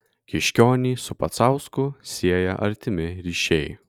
kiškionį su pacausku sieja artimi ryšiai